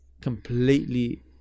completely